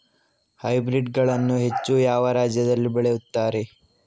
Hybrid ಗಳನ್ನು ಹೆಚ್ಚು ಯಾವ ರಾಜ್ಯದಲ್ಲಿ ಬೆಳೆಯುತ್ತಾರೆ?